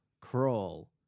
crawl